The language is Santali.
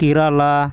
ᱠᱮᱨᱟᱞᱟ